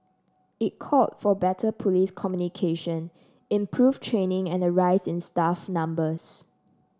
it called for better police communication improved training and a rise in staff numbers